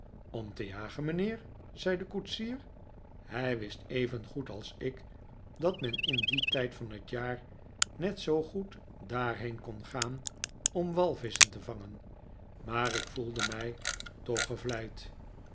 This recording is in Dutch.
om te jagen mijnheer zei de koetsier hij wist evengded als ik dat men in dien tijd van het jaar net zoo goed daarheen kon gaan om walvisschen te vangen maar ik voelde mij toch gevleid